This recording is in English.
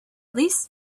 least